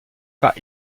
par